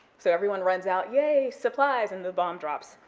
so everyone runs out, yay, supplies, and the bomb drops,